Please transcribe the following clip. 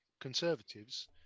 conservatives